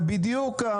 זה בדיוק ,